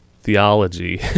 theology